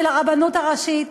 של הרבנות הראשית,